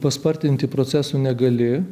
paspartinti procesų negali